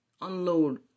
unload